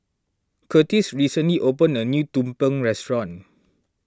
Kurtis recently opened a new Tumpeng restaurant